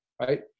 right